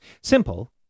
simple